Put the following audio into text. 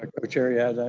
ah co-chair, yeah and